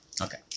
Okay